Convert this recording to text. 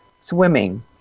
swimming